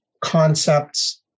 concepts